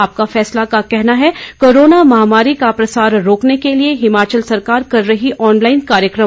आपका फैसला का कहना है कोरोना महामारी का प्रसार रोकने के लिए हिमाचल सरकार कर रही आनलाइन कार्यक्रम